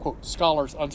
scholars